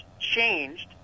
changed